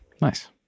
nice